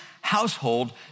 household